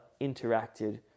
interacted